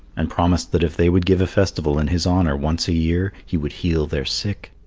and promised that if they would give a festival in his honour once a year, he would heal their sick.